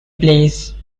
blaze